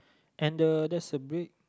and the there's a big